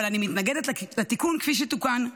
אבל אני מתנגדת לתיקון כפי שתוקן.